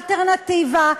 אלטרנטיבה,